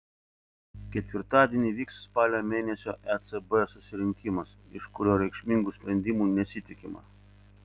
ketvirtadienį vyks spalio mėnesio ecb susirinkimas iš kurio reikšmingų sprendimų nesitikima